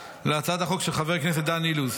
להצעת החוק של חבר הכנסת דן אילוז.